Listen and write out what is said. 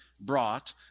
brought